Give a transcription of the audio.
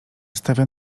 stawia